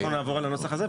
אנחנו נעבור על הנוסח הזה,